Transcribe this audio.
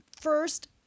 first